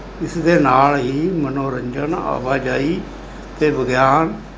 ਇਸਦੇ ਨਾਲ ਹੀ ਮਨੋਰੰਜਨ ਆਵਾਜਾਈ ਅਤੇ ਵਿਗਿਆਨ